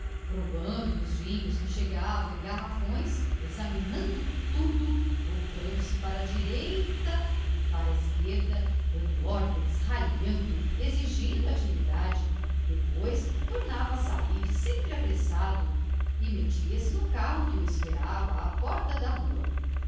provando dos vinhos que chegavam em garrafões examinando tudo voltando-se para a direita e para a esquerda dando ordens ralhando exigindo atividade e depois tornava a sair sempre apressado e metia-se no carro que o esperava à porta da rua